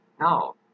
No